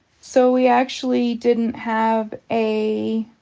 so we actually didn't have a